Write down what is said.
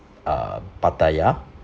uh pattaya